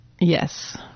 Yes